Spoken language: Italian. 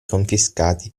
confiscati